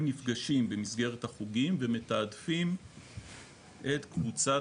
הם נפגשים במסגרת החוגים ומתעדפים את קבוצת